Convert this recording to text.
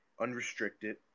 unrestricted